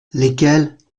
lesquels